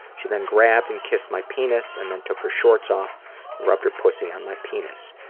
she then grabbed and kissed my penis and then took her shorts off and rubbed her pussy on my penis.